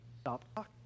stop